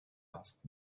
asked